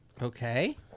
Okay